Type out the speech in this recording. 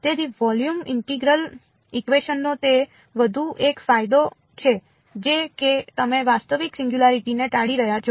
તેથી volume integral equation નો તે વધુ એક ફાયદો એ છે કે તમે વાસ્તવિક સિંગયુંલારીટી ને ટાળી રહ્યા છો